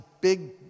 big